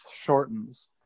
shortens